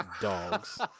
dogs